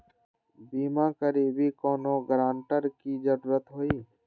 बिमा करबी कैउनो गारंटर की जरूरत होई?